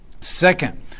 Second